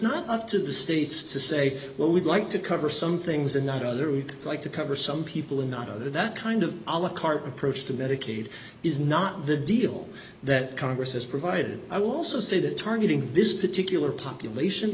not up to the states to say well we'd like to cover some things and not other we'd like to cover some people and not that kind of all a carte approach to medicaid is not the deal that congress has provided i will also say that targeting this particular population